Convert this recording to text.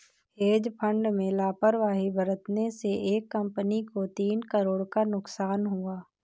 hedge fund में लापरवाही बरतने से एक कंपनी को तीन करोड़ का नुकसान हुआ